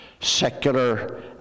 secular